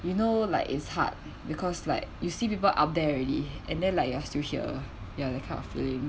you know like it's hard because like you see people up there already and then like you are still here ya that kind of feeling